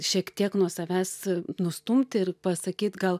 šiek tiek nuo savęs nustumti ir pasakyt gal